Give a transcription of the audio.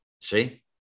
See